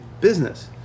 business